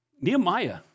Nehemiah